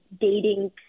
dating